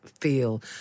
feel